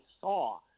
saw